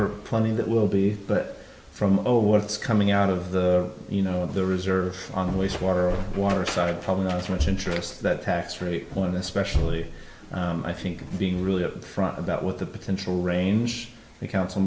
are plenty that will be but from over what's coming out of the you know of the reserve on waste water and water started probably not as much interest that tax rate one especially i think being really up front about what the potential range the council